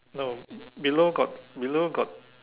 no below got below got